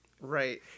Right